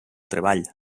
treball